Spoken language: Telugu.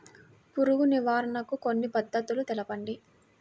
పురుగు నివారణకు కొన్ని పద్ధతులు తెలుపండి?